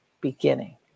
beginning